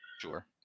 Sure